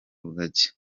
rugagi